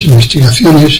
investigaciones